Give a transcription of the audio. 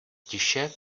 tiše